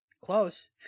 Close